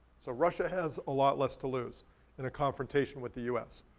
so russia has a lot less to lose in a confrontation with the us